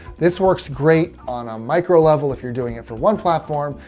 this works great on a micro level if you're doing it for one platform.